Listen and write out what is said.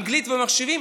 אנגלית ומחשבים,